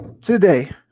Today